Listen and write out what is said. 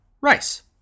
Rice